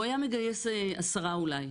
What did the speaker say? והוא היה מגייס עשרה אולי.